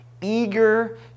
eager